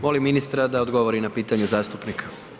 Molim ministra da odgovori na pitanje zastupnika.